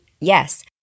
yes